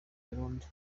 burundi